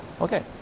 Okay